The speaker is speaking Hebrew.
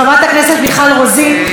חברת הכנסת מיכל רוזין,